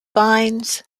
vines